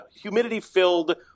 humidity-filled